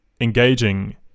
engaging